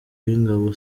w’ingabo